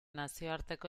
nazioarteko